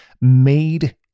made